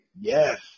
Yes